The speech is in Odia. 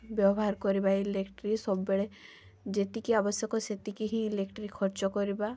ବ୍ୟବହାର କରିବା ଇଲେଟ୍ରିକ୍ ସବୁବେଳେ ଯେତିକି ଆବଶ୍ୟକ ସେତିକି ହିଁ ଇଲେଟ୍ରି ଖର୍ଚ୍ଚ କରିବା